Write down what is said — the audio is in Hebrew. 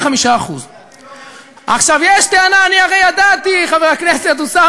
25%. עכשיו, יש טענה, כי אתם לא